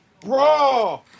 bro